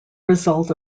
result